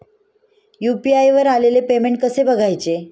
UPI वर आलेले payment कसे बघायचे?